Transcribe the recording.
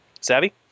Savvy